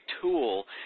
tool